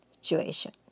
situation